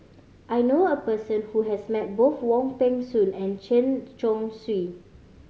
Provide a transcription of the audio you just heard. I knew a person who has met both Wong Peng Soon and Chen Chong Swee